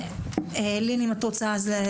לין קפלן, אם את רוצה להתייחס.